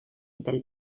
del